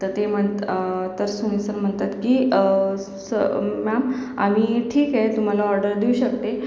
तर ते म्हणत् तर सुनिल सर म्हणतात की स् मॅम आम्ही ठीक आहे तुम्हाला ऑर्डर देऊ शकते